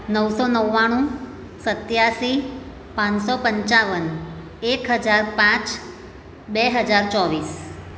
નવસો નવ્વાણું સત્યાશી પાંચસો પંચાવન એક હજાર પાંચ બે હજાર ચોવીસ